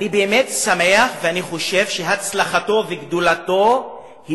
אני באמת שמח וחושב שהצלחתו וגדולתו היא